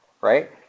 right